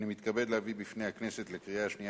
אני מתכבד להביא בפני הכנסת לקריאה השנייה